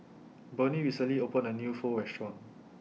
Bernie recently opened A New Pho Restaurant